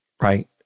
right